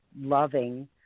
loving